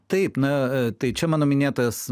taip na tai čia mano minėtas